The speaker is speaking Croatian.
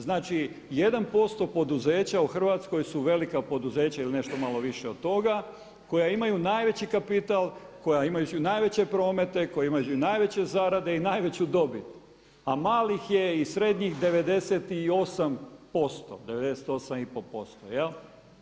Znači, 1% poduzeća u Hrvatskoj su velika poduzeća ili nešto malo više od toga koja imaju najveći kapital, koja imaju najveće promete, koji imaju najveće zarade i najveću dobit, a malih je i srednjih 98%, 98,5%